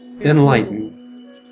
Enlightened